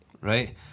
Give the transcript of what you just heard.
right